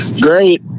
Great